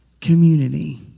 Community